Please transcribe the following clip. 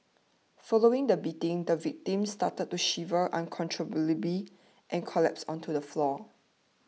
following the beating the victim started to shiver uncontrollably and collapsed onto the floor